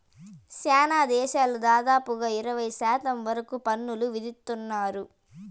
శ్యానా దేశాలు దాదాపుగా ఇరవై శాతం వరకు పన్నులు విధిత్తున్నారు